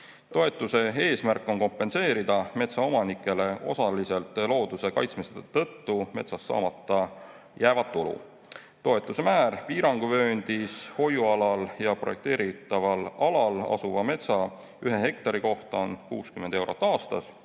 Toetuse eesmärk on kompenseerida metsaomanikele osaliselt looduse kaitsmise tõttu metsas saamata jääv tulu. Toetuse määr piiranguvööndis hoiualal ja projekteeritaval alal asuva metsa ühe hektari kohta on 60 eurot aastas